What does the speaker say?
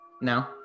No